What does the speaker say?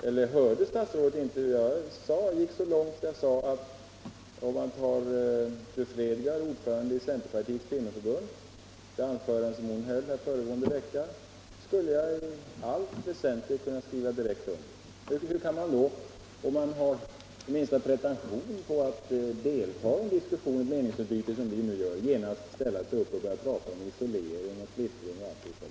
Eller hörde statsrådet inte att jag gick så långt att jag sade att det anförande som fru Fredgardh, ordförande i centerpartiets kvinnoförbund, höll här föregående vecka, skulle jag i allt väsentligt kunna skriva direkt under. Hur kan man då, om man har den minsta pretention på att delta i diskussioner och meningsutbyten, som vi gör, genast ställa sig upp och börja tala om isolering och splittring och allt det där.